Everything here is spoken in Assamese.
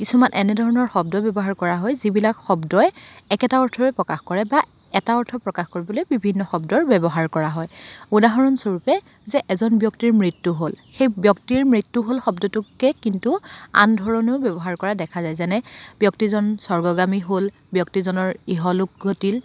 কিছুমান এনেধৰনৰ শব্দ ব্যৱহাৰ কৰা হয় যিবিলাক শব্দই একেটা অৰ্থই প্ৰকাশ কৰে বা এটা অৰ্থ প্ৰকাশ কৰিবলৈ বিভিন্ন শব্দৰ ব্যৱহাৰ কৰা হয় উদাহৰণস্বৰূপে যে এজন ব্যক্তিৰ মৃত্যুৰ হ'ল সেই ব্যক্তিৰ মৃত্যু হ'ল শব্দটোকে কিন্তু আন ধৰণেও ব্যৱহাৰ কৰা দেখা যায় যেনে ব্যক্তিজন স্বৰ্গগামী হ'ল ব্যক্তিজনৰ ইহলোক ঘটিল